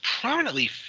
prominently